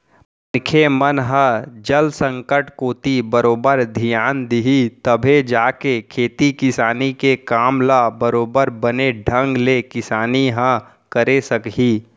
मनखे मन ह जल संकट कोती बरोबर धियान दिही तभे जाके खेती किसानी के काम ल बरोबर बने ढंग ले किसान ह करे सकही